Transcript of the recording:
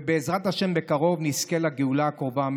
ובעזרת השם בקרוב נזכה לגאולה הקרובה.